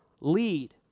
lead